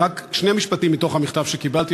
רק שני משפטים מתוך המכתב שקיבלתי,